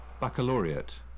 Baccalaureate